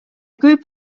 group